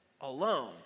alone